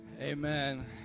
Amen